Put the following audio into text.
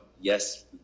yes